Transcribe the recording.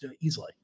easily